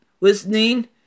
listening